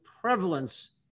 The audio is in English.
prevalence